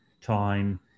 time